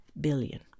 billion